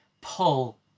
pull